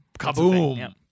kaboom